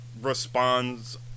responds